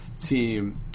team